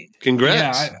Congrats